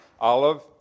olive